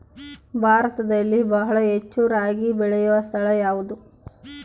ಭಾರತದಲ್ಲಿ ಬಹಳ ಹೆಚ್ಚು ರಾಗಿ ಬೆಳೆಯೋ ಸ್ಥಳ ಯಾವುದು?